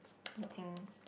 meeting